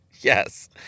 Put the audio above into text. Yes